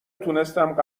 تونستم